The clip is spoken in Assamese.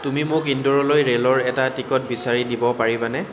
তুমি মোক ইন্দোৰলৈ ৰে'লৰ এটা টিকট বিচাৰি দিব পাৰিবানে